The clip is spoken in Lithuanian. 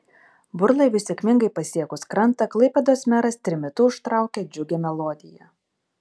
burlaiviui sėkmingai pasiekus krantą klaipėdos meras trimitu užtraukė džiugią melodiją